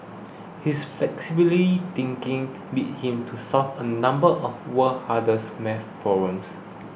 his flexibly thinking led him to solve a number of world's hardest math problems